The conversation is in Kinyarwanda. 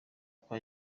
kwa